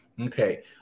Okay